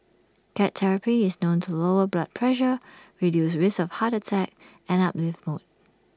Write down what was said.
cat therapy is known to lower blood pressure reduce risks of heart attack and uplift mood